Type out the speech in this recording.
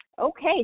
Okay